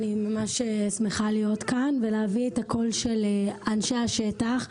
אני ממש שמחה להיות כאן ולהביא את הקול של אנשי השטח.